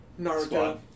Naruto